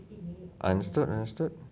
understood understood